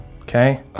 Okay